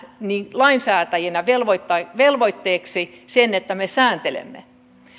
lainsäätäjinä velvoitteeksi sitä että me sääntelemme